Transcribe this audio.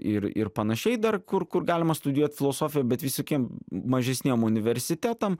ir ir panašiai dar kur kur galima studijuot filosofiją bet visokiem mažesniem universitetam